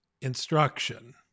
instruction